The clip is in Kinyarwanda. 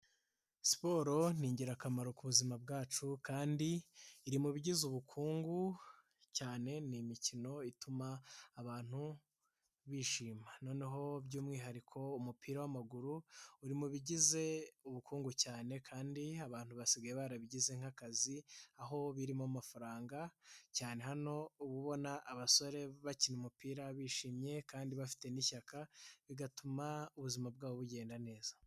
Siporo ni ingirakamaro ku buzima bwacu, kandi iri mu bigize ubukungu cyane, ni imikino ituma abantu bishima, noneho by'umwihariko umupira w'amaguru uri mu bigize ubukungu cyane, kandi abantu basigaye barabigize akazi, aho birimo amafaranga, cyane hano uba ubona abasore bakina umupira bishimye, kandi bafite n'ishyaka bigatuma ubuzima bwabo bugenda neza.